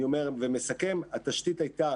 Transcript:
אני אומר ומסכם, התשתית הייתה